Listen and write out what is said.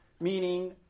meaning